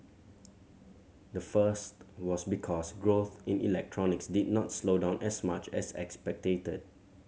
the first was because growth in electronics did not slow down as much as expected